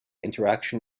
interaction